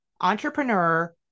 entrepreneur